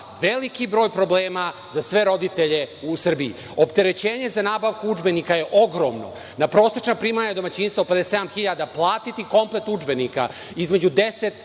veliki broj problema za sve roditelje u Srbiji. Opterećenje za nabavku udžbenika je ogromno. Za prosečno primanje domaćinstva po 57.000 dinara, platiti komplet udžbenika između 10.000